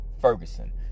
Ferguson